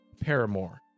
Paramore